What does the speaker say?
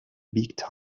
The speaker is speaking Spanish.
big